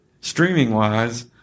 streaming-wise